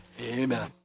amen